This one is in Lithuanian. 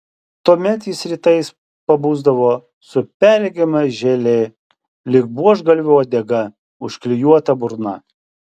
tuomet jis rytais pabusdavo su perregima želė lyg buožgalvio uodega užklijuota burna